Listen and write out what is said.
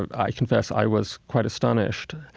ah i confess, i was quite astonished.